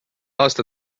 aasta